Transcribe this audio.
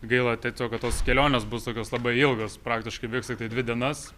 gaila tiesiog kad tos kelionės bus tokios labai ilgos praktiškai vyks tiktai dvi dienas